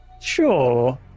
Sure